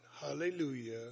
hallelujah